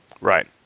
Right